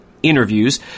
Interviews